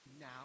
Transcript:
now